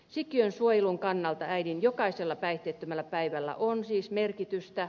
sikiön suojelun kannalta äidin jokaisella päihteettömällä päivällä on siis merkitystä